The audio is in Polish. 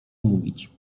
mówić